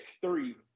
three